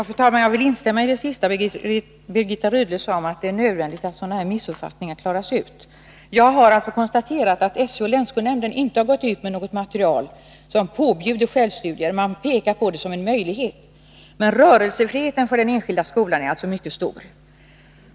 Fru talman! Jag vill instämma i det sista som Birgitta Rydle sade, nämligen att det är nödvändigt att sådana här missuppfattningar klaras ut. Jag har konstaterat att SÖ och länsskolnämnden inte har gått ut med något material där självstudier påbjuds. Man pekar i stället på sådana som en möjlighet. Rörelsefriheten för den enskilda skolan är mycket stor.